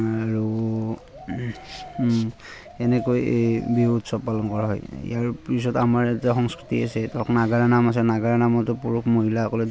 আৰু এনেকৈ এই বিহু উৎসৱ পালন কৰা হয় ইয়াৰ পিছত আমাৰ এটা সংস্কৃতি আছে সেইটো নাগাৰা নাম আছে নাগাৰা নামতো পুৰুষ মহিলাসকলে